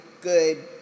good